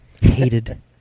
hated